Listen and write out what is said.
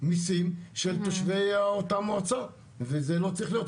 המיסים של תושבי אותן המועצות וזה לא צריך להיות.